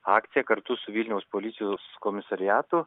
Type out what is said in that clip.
akciją kartu su vilniaus policijos komisariatu